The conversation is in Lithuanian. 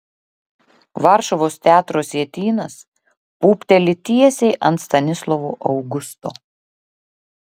varšuvos teatro sietynas pūpteli tiesiai ant stanislovo augusto